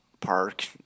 park